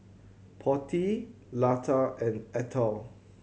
Potti Lata and Atal